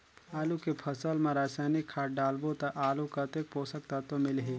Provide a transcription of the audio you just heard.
आलू के फसल मा रसायनिक खाद डालबो ता आलू कतेक पोषक तत्व मिलही?